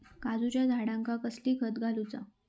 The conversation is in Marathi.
काजूच्या झाडांका कसला खत घालूचा?